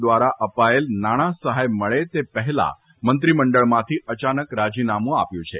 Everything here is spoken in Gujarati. દ્વારા અપાયેલ નાણાં સહાય મળે તે પહેલા મંત્રીમંડળમાંથી અચાનક રાજીનામુ આપ્યું છે